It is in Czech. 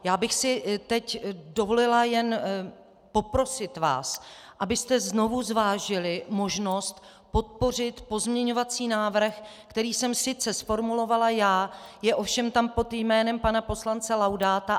Já bych si teď dovolila jen poprosit vás, abyste znovu zvážili možnost podpořit pozměňovací návrh, který jsem sice zformulovala já, je tam ovšem pod jménem pana poslance Laudáta.